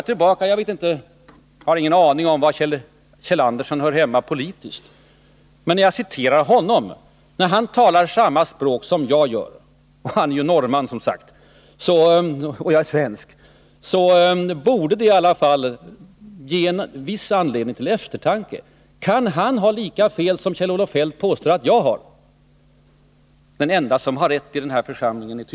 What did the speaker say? Jag har ingen aning om var Kjeld Andersen hör hemma politiskt, men han talar samma språk som jag — även om han är norrman och jag svensk — och det borde i alla fall ge anledning till en viss eftertanke.